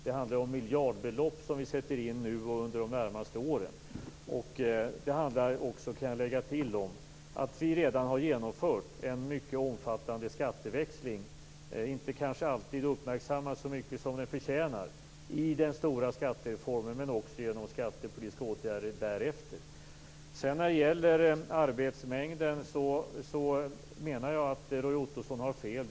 Det handlar om miljardbelopp som vi sätter in nu och under de närmaste åren. Det handlar också om, kan jag lägga till, att vi redan har genomfört en mycket omfattande skatteväxling i den stora skattereformen, inte kanske alltid uppmärksammad så mycket som den förtjänar. Men vi har också vidtagit skattepolitiska åtgärder därefter. När det gäller arbetsmängden menar jag att Roy Ottosson har fel.